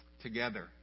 together